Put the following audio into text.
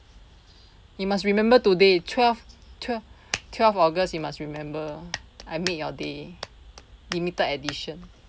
you must remember today twelve twelve twelve august you must remember I made your day limited edition